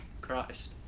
Christ